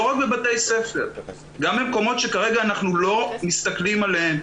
לא רק בבתי ספר אלא גם במקומות שכרגע אנחנו לא מסתכלים עליהם,